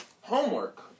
Homework